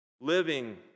Living